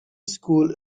school